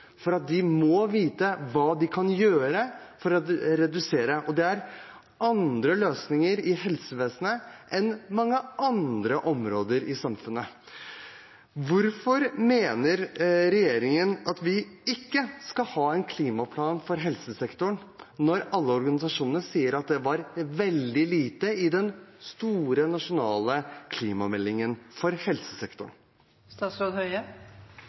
for de må vite hva de kan gjøre for å redusere utslippene. Det er andre løsninger i helsevesenet enn for mange andre områder i samfunnet. Hvorfor mener regjeringen at vi ikke skal ha en klimaplan for helsesektoren, når alle organisasjonene sier det var veldig lite om helsesektoren i den store nasjonale klimameldingen?